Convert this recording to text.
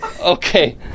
Okay